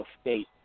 state